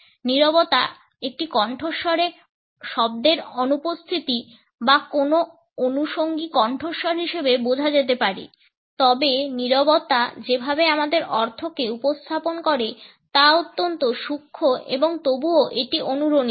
নীরবতা একটি কণ্ঠস্বরে শব্দের অনুপস্থিতি বা কোনও অনুষঙ্গী কণ্ঠস্বর হিসাবে বোঝা যেতে পারে তবে নীরবতা যেভাবে আমাদের অর্থকে উপস্থাপন করে তা অত্যন্ত সূক্ষ্ম এবং তবুও এটি অনুরণিত